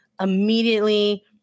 immediately